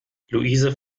luise